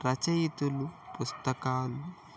రచయితలు పుస్తకాలు